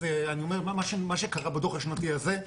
אז אני אומר מה שקרה בדו"ח השנתי הזה,